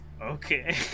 okay